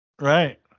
Right